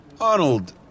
Arnold